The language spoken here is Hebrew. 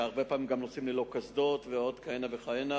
שהרבה פעמים גם נוסעים ללא קסדות ועוד כהנה וכהנה.